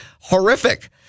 horrific